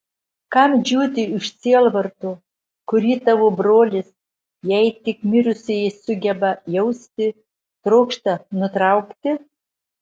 kam džiūti iš sielvarto kurį tavo brolis jei tik mirusieji sugeba jausti trokšta nutraukti